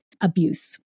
abuse